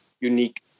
unique